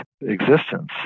existence